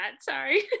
Sorry